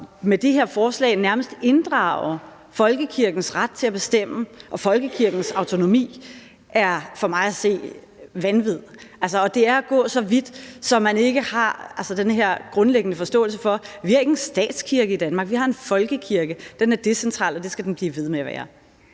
med det her forslag nærmest inddrage folkekirkens ret til at bestemme og inddrage folkekirkens autonomi, er for mig at se vanvid. Altså, det er at gå så vidt, at man ikke har denne her grundlæggende forståelse for, at vi ikke har en statskirke i Danmark. Vi har en folkekirke, den er decentral, og det skal den blive ved med at være.